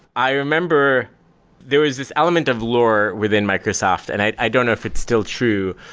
i remember there was this element of lore within microsoft. and i i don't know if it's still true,